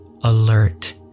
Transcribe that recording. alert